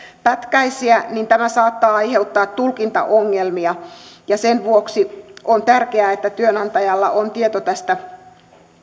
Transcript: pätkäisiä saattaa aiheuttaa tulkintaongelmia ja sen vuoksi on tärkeää että työnantajalla on tieto tästä